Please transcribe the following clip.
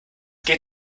geht